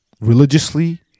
religiously